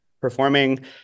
performing